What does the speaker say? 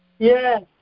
Yes